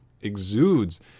exudes